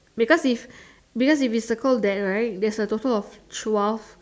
because is because if is circle that right there's a total of twelve